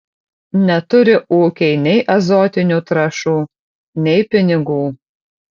neturi ūkiai nei azotinių trąšų nei pinigų